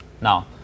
Now